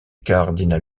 cardinal